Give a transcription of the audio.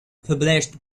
published